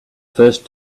first